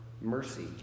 mercy